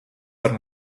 par